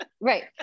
Right